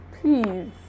please